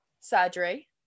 surgery